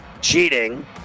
cheating